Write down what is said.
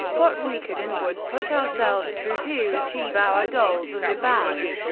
what we could and would put ourselves through to achieve our goals as a band.